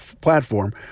platform